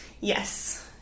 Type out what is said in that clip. Yes